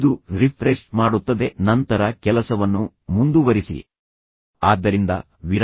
ಇದು ರಿಫ್ರೆಶ್ ಮಾಡುತ್ತದೆ ಮತ್ತು ನಂತರ ನಿಮ್ಮ ಕೆಲಸವನ್ನು ಮುಂದುವರಿಸಿರಿ ಆದ್ದರಿಂದ ವಿರಾಮಗಳು ಒತ್ತಡವನ್ನು ನಿಯಂತ್ರಿಸುತ್ತವೆ